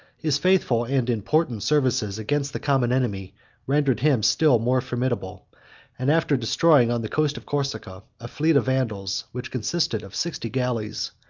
his faithful and important services against the common enemy rendered him still more formidable and, after destroying on the coast of corsica a fleet of vandals, which consisted of sixty galleys,